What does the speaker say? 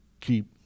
keep